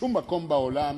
בשום מקום בעולם,